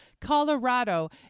Colorado